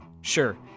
Sure